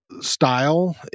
style